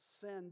send